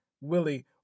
Willie